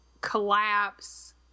collapse